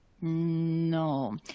No